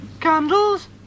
candles